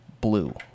Blue